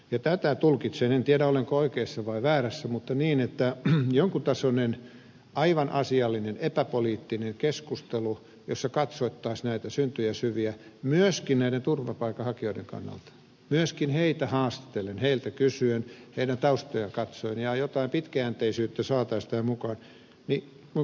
tätä tulkitsen en tiedä olenko oikeassa vai väärässä mutta niin että tarvittaisiin jonkun tasoinen aivan asiallinen epäpoliittinen keskustelu jossa katsottaisiin näitä syntyjä syviä myöskin näiden turvapaikanhakijoiden kannalta myöskin heitä haastatellen heiltä kysyen heidän taustojaan katsoen ja jotain pitkäjänteisyyttä saataisiin tähän mukaan